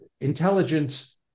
intelligence